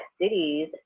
cities